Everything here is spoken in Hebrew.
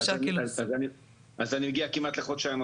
אז אני מגיע עוד פעם כמעט לחודשיים.